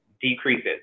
decreases